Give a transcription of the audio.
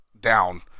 down